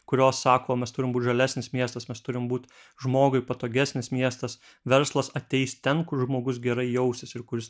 kurios sako mes turim būt žalesnis miestas mes turim būt žmogui patogesnis miestas verslas ateis ten kur žmogus gerai jausis ir kuris